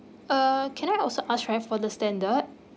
uh can I also ask right for the standard